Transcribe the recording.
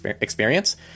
experience